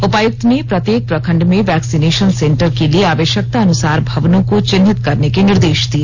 उपायुक्त ने प्रत्येक प्रखंड में वैक्सीनेशन सेंटर के लिए आवश्यकतानुसार भवनों को चिह्नित करने के निर्देश दिए